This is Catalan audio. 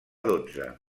dotze